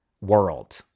world